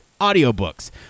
audiobooks